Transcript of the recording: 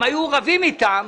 הם היו רבים אתם,